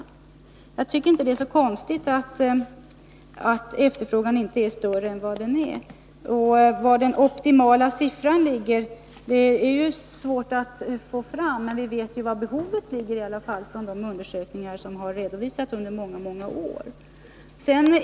Därför tycker jag inte att det är så konstigt att efterfrågan inte är större än den är. Var den optimala siffran ligger är svårt att få fram, men vi vet i alla fall hur stort behovet är genom de undersökningar som redovisats under många år.